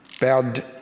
bowed